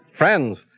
Friends